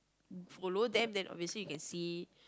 follow them that obviously you can see